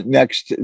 Next